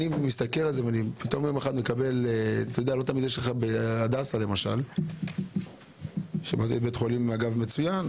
בית החולים הדסה, למשל, הוא בית חולים מצוין.